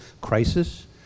crisis